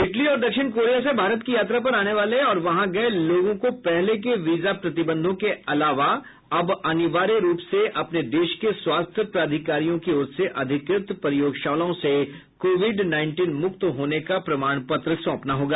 Italy और दक्षिण Korea से भारत की यात्रा पर आने वाले और वहां गए लोगों को पहले के वीजा प्रतिबंधों के अलावा अब अनिवार्य रूप से अपने देश के स्वास्थ्य प्राधिकारियों की ओर से अधिकृत प्रयोगशालाओं से कोविड नाईनटीन मुक्त होने का प्रमाण पत्र सौंपना होगा